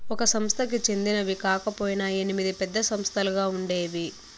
ఒక సంస్థకి చెందినవి కాకపొయినా ఎనిమిది పెద్ద సంస్థలుగా ఉండేవి